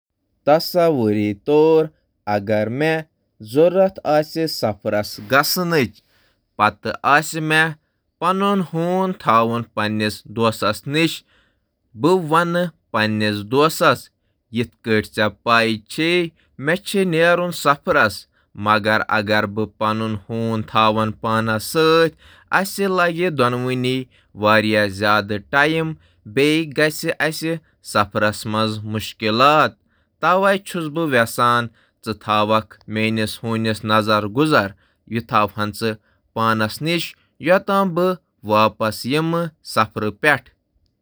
تصور کٔرِو، مےٚ چھُ سفر کرنٕچ ضروٗرت تہٕ بہٕ چھُس یژھان پننِس دوستَس ونُن زِ بہٕ چھُس دوٗر آسنہٕ وِزِ ہوٗنۍ ہُنٛد خیال تھاوُن۔ اگر بہٕ پننِس سۭتۍ ہوٗن نِوان تہٕ سفرس دوران آسہِ مےٚ خٲطرٕ مُشکِل۔